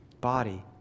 body